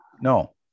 No